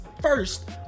first